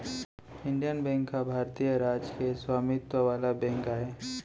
Indian bank ह भारतीय राज के स्वामित्व वाला बेंक आय